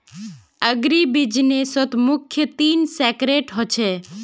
अग्रीबिज़नेसत मुख्य तीन सेक्टर ह छे